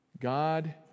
God